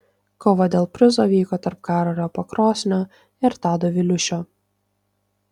kova dėl prizo vyko tarp karolio pakrosnio ir tado viliūšio